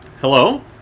Hello